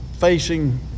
facing